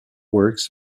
works